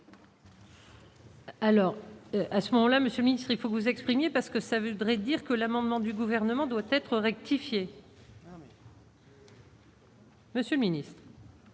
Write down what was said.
Alors à ce moment-là, monsieur le ministre, il faut vous exprimiez parce que ça voudrait dire que l'amendement du gouvernement doit être rectifié. Monsieur miné.